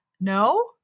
no